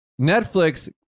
netflix